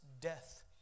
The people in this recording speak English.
death